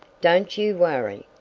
don't you worry,